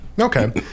okay